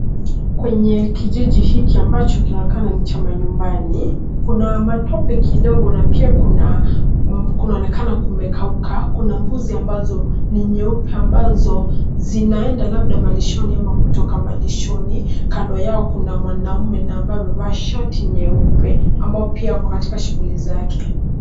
Kwenye kijiji hiki ambacho kinaonekana ni cha manyumbani, kuna matope kidogo na pia kunaonekana kumekauka, kuna mbuzi ambazo ni nyeupe ambazo zinaenda labda malishoni ama kutoka malishoni, kando yao kuna mwanaume na ambaye amevaa shati nyeupe ambao ako katika shuguli zake.